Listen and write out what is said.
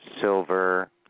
silver